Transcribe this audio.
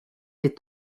est